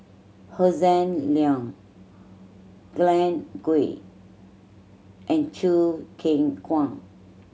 Hossan Leong Glen Goei and Choo Keng Kwang